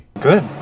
Good